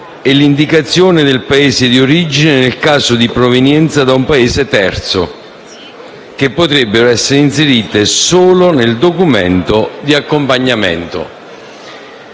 e l'indicazione del Paese di origine, nel caso di provenienza da un Paese terzo, che potrebbero essere inserite solo nel documento di accompagnamento.